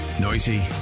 Noisy